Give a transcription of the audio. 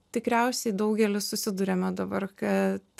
tikriausiai daugelis susiduriame dabar kad